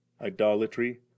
idolatry